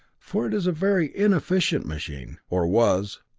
for it is a very inefficient machine or was.